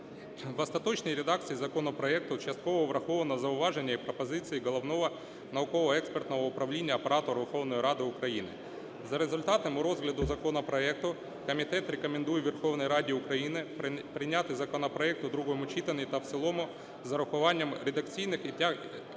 В остаточній редакції законопроекту частково враховано зауваження та пропозиції Головного науково-експертного управління Апарату Верховної Ради України. За результатами розгляду законопроекту комітет рекомендує Верховній Раді України прийняти законопроект у другому читанні та в цілому з урахуванням редакційних та